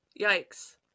Yikes